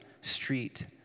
street